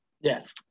Yes